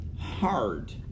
hard